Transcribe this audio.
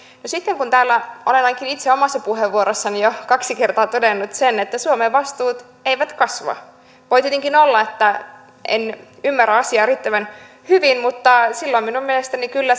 sitten täällä ainakin itse omassa puheenvuorossani olen jo kaksi kertaa todennut sen että suomen vastuut eivät kasva voi tietenkin olla että en ymmärrä asiaa riittävän hyvin mutta minun mielestäni kyllä